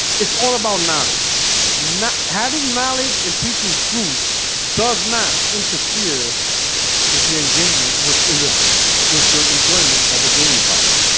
it's all about knowledge not having knowledge and preaching truth does not interfere with you and jamie with love with your enjoyment of a gaming product